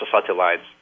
satellites